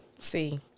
See